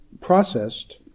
processed